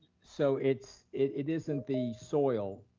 so it it isn't the soil,